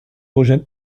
eugene